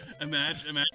imagine